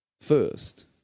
first